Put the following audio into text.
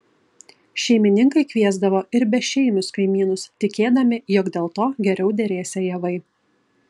šeimininkai kviesdavo ir bešeimius kaimynus tikėdami jog dėl to geriau derėsią javai